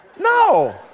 No